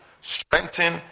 strengthen